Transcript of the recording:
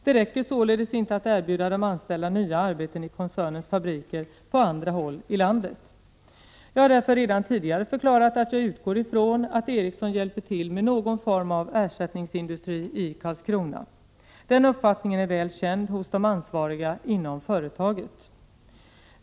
Det räcker således inte att erbjuda de anställda nya arbeten i koncernens fabriker på andra håll i landet. Jag har därför redan tidigare förklarat att jag utgår ifrån att Ericsson hjälper till med någon form av ersättningsindustri i Karlskrona. Den uppfattningen är väl känd hos de ansvariga inom företaget.